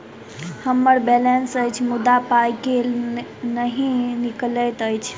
हम्मर बैलेंस अछि मुदा पाई केल नहि निकलैत अछि?